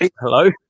Hello